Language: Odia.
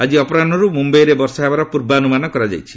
ଆଜି ଅପରାହୁରୁ ମୁମ୍ଭାଇରେ ବର୍ଷା ହେବାର ପୂର୍ବାନୁମାନ କରାଯାଇଛି